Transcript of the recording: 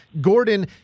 Gordon